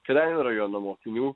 kėdainių rajono mokinių